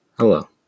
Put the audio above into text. Hello